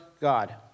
God